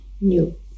new